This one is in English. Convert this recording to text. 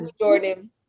jordan